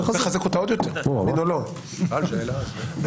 אני מחזק את השאלה של גור.